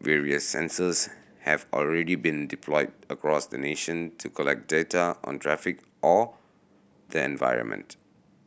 various sensors have already been deployed across the nation to collect data on traffic or the environment